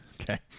Okay